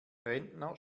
rentner